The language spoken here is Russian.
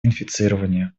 инфицирования